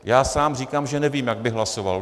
Já sám říkám, že nevím, jak bych hlasoval.